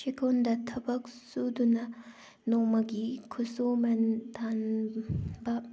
ꯆꯦꯛꯀꯣꯟꯗ ꯊꯕꯛ ꯁꯨꯗꯨꯅ ꯅꯣꯡꯃꯒꯤ ꯈꯨꯠꯁꯨꯃꯟ ꯇꯥꯟꯕ